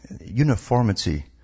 uniformity